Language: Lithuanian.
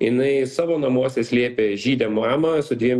jinai savo namuose slėpė žydę mamą su dviem